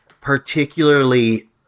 particularly